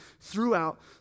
throughout